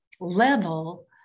level